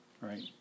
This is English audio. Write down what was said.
right